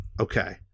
Okay